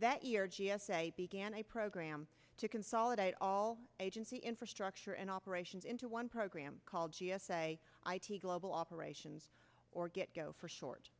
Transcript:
that year g s a began a program to consolidate all agency infrastructure and operations into one program called g s a i t global operations or get go for short